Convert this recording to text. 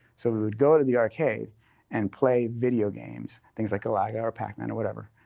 so we would go to the arcade and play video games, things like galaga or pac-man or whatever,